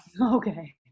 Okay